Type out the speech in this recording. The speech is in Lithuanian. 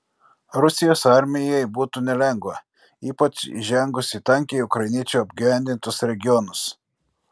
rusijos armijai būtų nelengva ypač įžengus į tankiai ukrainiečių apgyvendintus regionus